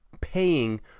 paying